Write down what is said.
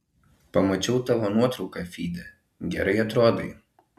pamačiau tavo nuotrauką fyde gerai atrodai